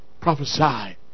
prophesy